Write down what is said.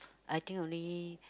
I think only